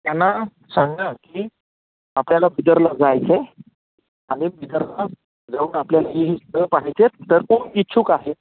त्यांना सांगा की आपल्याला बिदरला जायचं आहे आणि बिदरला जाऊन आपल्याला ही ही स्थळं पाहायची आहेत तर कोण इच्छुक आहे